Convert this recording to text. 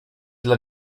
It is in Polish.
dla